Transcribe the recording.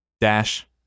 Dash